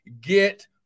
get